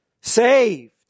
saved